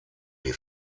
die